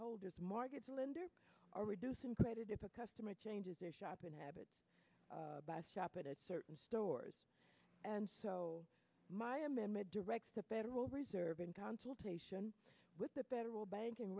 holders mortgage lender or reducing credit if a customer changes their shopping habits by shop at a certain stores and so my amendment directs the federal reserve in consultation with the federal banking